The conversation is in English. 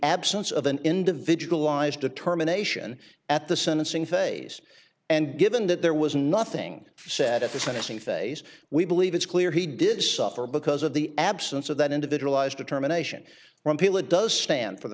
absence of an individualized determination at the sentencing phase and given that there was nothing said at the sentencing phase we believe it's clear he did suffer because of the absence of that individualized determination from people it does stand for the